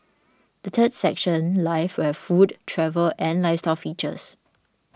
the third section life will have food travel and lifestyle features